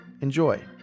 Enjoy